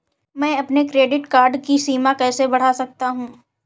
मैं अपने credit card की सीमा कैसे बढ़ा सकता हूँ?